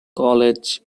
college